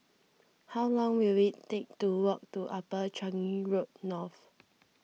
how long will it take to walk to Upper Changi Road North